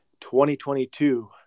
2022